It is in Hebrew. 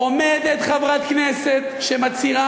עומדת חברת כנסת שמצהירה